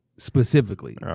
Specifically